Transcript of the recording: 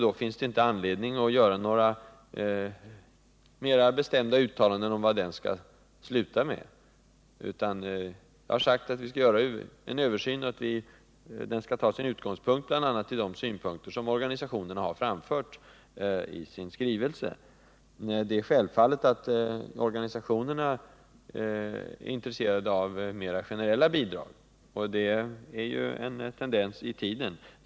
Då finns det inte anledning att göra några mer bestämda uttalanden om vad den skall leda fram till. Jag har sagt att vi skall göra en översyn, och den skall som utgångspunkt ha bl.a. de synpunkter som organisationerna har framfört i sin skrivelse. Det är självklart att organisationerna är intresserade av mer generella bidrag —-det är en tendens i tiden.